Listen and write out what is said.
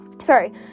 sorry